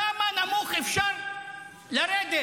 כמה נמוך אפשר לרדת?